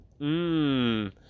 Mmm